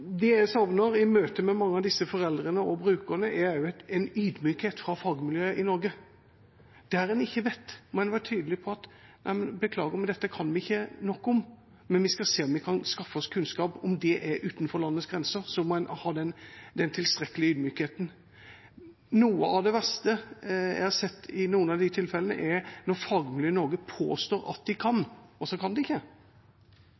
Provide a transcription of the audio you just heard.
av disse foreldrene og brukerne, er også en ydmykhet fra fagmiljøet i Norge. Der en ikke vet, må en være tydelig og si at «beklager, dette kan vi ikke nok om, men vi skal se om vi kan skaffe oss kunnskap». Om det er utenfor landets grenser, må en ha den tilstrekkelige ydmykheten. Noe av det verste jeg har sett, i noen av de tilfellene, er når fagmiljøet i Norge påstår at de kan